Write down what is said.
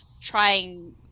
trying